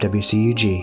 wcug